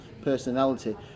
personality